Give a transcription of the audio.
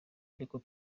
ariko